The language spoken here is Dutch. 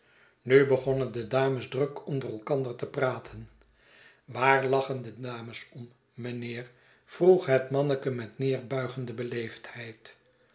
nu begonnen de dames druk onder elkander te praten waar lachen de dames om mijnheer vroeg het manneke met